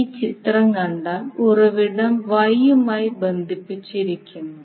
ഈ ചിത്രം കണ്ടാൽ ഉറവിടം Y യുമായി ബന്ധിപ്പിച്ചിരിക്കുന്നു